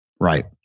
Right